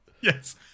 yes